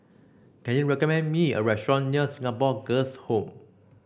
can you recommend me a restaurant near Singapore Girls' Home